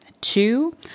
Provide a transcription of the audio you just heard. Two